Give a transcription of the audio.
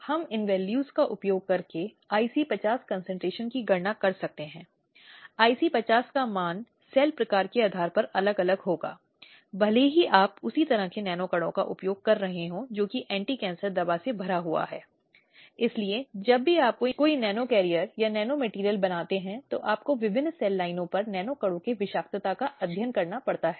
लेकिन जब यह आपराधिक कानून की बात आती है तो यह फिर से वह नहीं हो सकता जो वह चाहती है भले ही वह दूसरे व्यक्ति से शादी करना चाहती हो लेकिन यह मामला खारिज करने का आधार नहीं हो सकता है